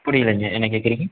புரியலைங்க என்ன கேக்கிறீங்க